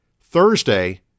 Thursday